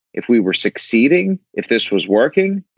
if we were succeeding, if this was working,